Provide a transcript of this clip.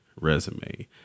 resume